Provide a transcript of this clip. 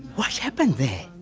what happened there?